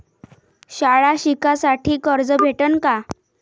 शाळा शिकासाठी कर्ज भेटन का?